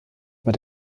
war